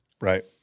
Right